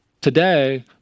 today